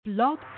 Blog